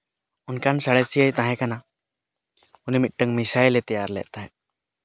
ᱚᱱᱠᱟᱱ ᱥᱟᱬᱮᱥᱤᱭᱟᱹᱭ ᱛᱟᱦᱮᱸ ᱠᱟᱱᱟ ᱩᱱᱤ ᱢᱤᱫᱴᱟᱝ ᱱᱤᱥᱟᱭᱤᱞᱮ ᱛᱮᱭᱟᱨ ᱞᱮᱫ ᱛᱟᱦᱮᱸᱫ